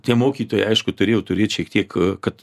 tie mokytojai aišku turėjo turėti šiek tiek kad